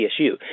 CSU